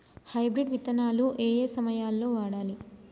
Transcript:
Hybrid విత్తనాలు ఏయే సమయాల్లో వాడాలి?